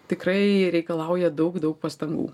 tikrai reikalauja daug daug pastangų